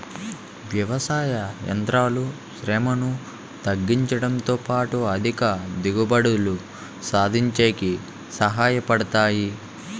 వ్యవసాయ యంత్రాలు శ్రమను తగ్గించుడంతో పాటు అధిక దిగుబడులు సాధించేకి సహాయ పడతాయి